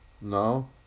No